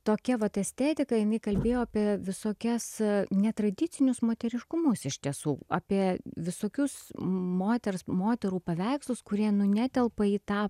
tokia vat estetika jinai kalbėjo apie visokias netradicinius moteriškumus iš tiesų apie visokius moters moterų paveikslus kurie nu netelpa į tą